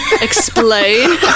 explain